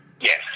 Yes